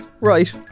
Right